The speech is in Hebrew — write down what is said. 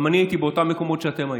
גם אני הייתי באותם מקומות שאתם הייתם,